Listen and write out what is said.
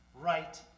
right